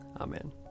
Amen